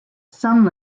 some